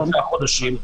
--- לשלושה חודשים,